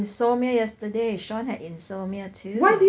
I insomnia yesterday shawn had insomia too